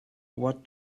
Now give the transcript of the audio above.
what